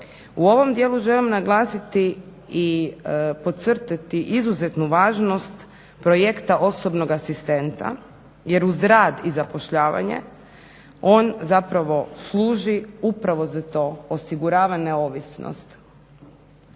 U ovom dijelu želim naglasiti i podcrtati izuzetnu važnost projekta osobnog asistenta jer uz rad i zapošljavanje on zapravo služi upravo za to, osigurava neovisnost.